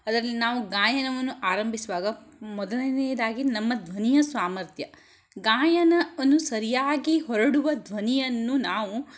ಅದ್ರಲ್ಲಿ ನಾವು ಗಾಯನವನ್ನು ಆರಂಭಿಸುವಾಗ ಮೊದಲನೇದಾಗಿ ನಮ್ಮ ಧ್ವನಿಯ ಸಾಮರ್ಥ್ಯ ಗಾಯನವನ್ನು ಸರಿಯಾಗಿ ಹೊರಡುವ ಧ್ವನಿಯನ್ನು ನಾವು